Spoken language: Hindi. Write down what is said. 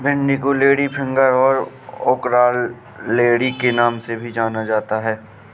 भिन्डी को लेडीफिंगर और ओकरालेडी के नाम से भी जाना जाता है